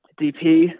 DP